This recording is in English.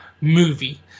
movie